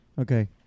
Okay